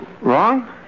Wrong